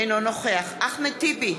אינו נוכח אחמד טיבי,